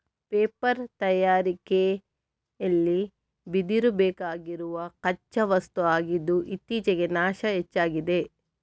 paper ತಯಾರಿಕೆಲಿ ಬಿದಿರು ಬೇಕಾಗಿರುವ ಕಚ್ಚಾ ವಸ್ತು ಆಗಿದ್ದು ಇತ್ತೀಚೆಗೆ ನಾಶ ಹೆಚ್ಚಾಗಿದೆ